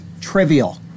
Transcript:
trivial